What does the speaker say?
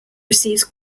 receives